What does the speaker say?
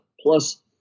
plus